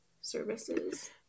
services